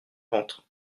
ventre